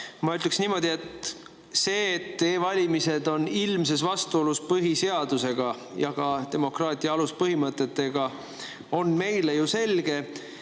Ma ütleksin niimoodi: see, et e-valimised on ilmses vastuolus põhiseadusega ja ka demokraatia aluspõhimõtetega, on meile ju selge.